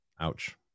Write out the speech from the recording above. ouch